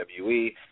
WWE